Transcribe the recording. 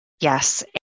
Yes